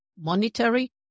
monetary